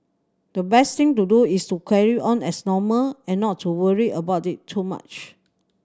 the best thing to do is to carry on as normal and not to worry about it too much